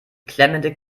klemmende